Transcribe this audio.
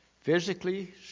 Physically